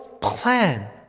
plan